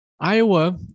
Iowa